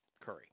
Curry